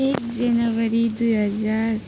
एक जनवरी दुई हजार